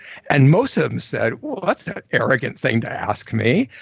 and most of them said, well that's an arrogant thing to ask me,